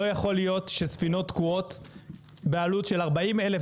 לא יכול להיות שספינות תקועות בעלות של 40 אלף